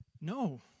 No